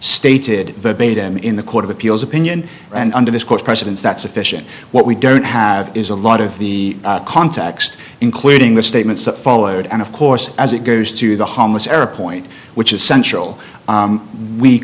stated verbatim in the court of appeals opinion and under this court precedents that sufficient what we don't have is a lot of the context including the statements that followed and of course as it goes to the homeless era point which is central